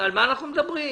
על מה אנחנו מדברים?